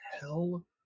hell